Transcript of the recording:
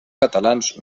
catalans